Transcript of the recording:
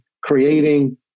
creating